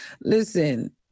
listen